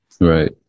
Right